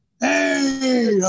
Hey